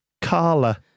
Carla